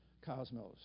cosmos